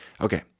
Okay